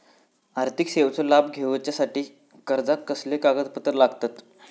आर्थिक सेवेचो लाभ घेवच्यासाठी अर्जाक कसले कागदपत्र लागतत?